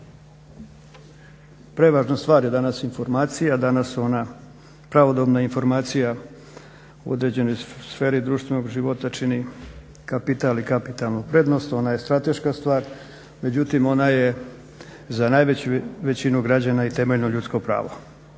Prevažna stvar je danas informacija, danas ona pravodobna informacija u određenoj sferi društvenog života čini kapital i kapitalnu prednost, ona je strateška stvar međutim ona je za najveću većinu građana i temeljno ljudsko pravo.